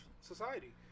society